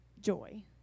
Joy